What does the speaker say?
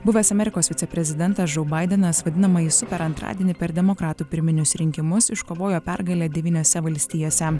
buvęs amerikos viceprezidentas žou baidenas vadinamąjį super antradienį per demokratų pirminius rinkimus iškovojo pergalę devyniose valstijose